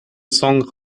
song